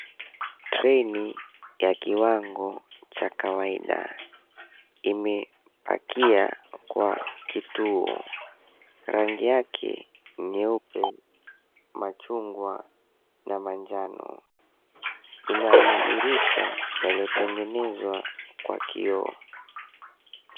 Treni ya kiwango cha kawaida imepakia kwa kituo. Rangi yake nyeupe, machungwa na manjano. Ina madirisha yanayotengenezwa kwa kioo.